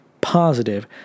positive